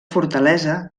fortalesa